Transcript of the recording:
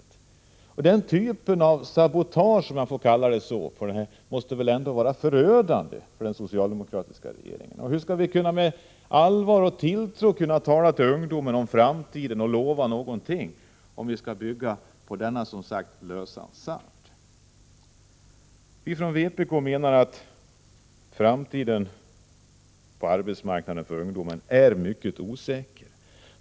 Den typen av sabotage, som jag vill kalla det, måste väl ändå vara förödande för den socialdemokratiska regeringen. Hur skall vi på allvar kunna tala med ungdomen om framtiden och lova den någonting, om vi, som jag sade tidigare, bygger politiken på lösan sand. Vpk menar att ungdomens framtida arbetsmarknad är mycket osäker.